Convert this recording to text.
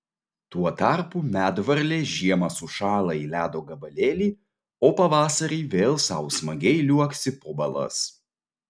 tuo tarpu medvarlė žiemą sušąla į ledo gabalėlį o pavasarį vėl sau smagiai liuoksi po balas